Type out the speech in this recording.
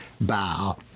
bow